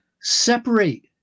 separate